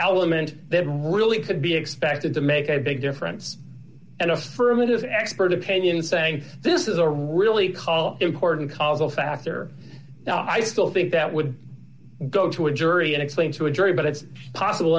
element then really could be expected to make a big difference and us firm it is an expert opinion saying this is a really call important causal factor now i still think that would go to a jury and explain to a jury but it's possible